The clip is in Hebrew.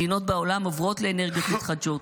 מדינות בעולם עוברות לאנרגיות מתחדשות,